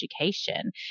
education